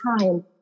time